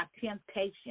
temptation